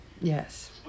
Yes